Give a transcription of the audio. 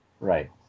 Right